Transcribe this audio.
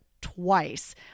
twice